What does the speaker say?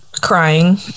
Crying